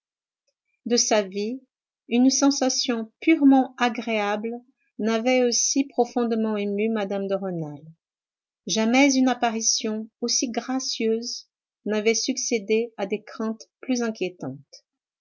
de sa vie une sensation purement agréable n'avait aussi profondément ému mme de rênal jamais une apparition aussi gracieuse n'avait succédé à des craintes plus inquiétantes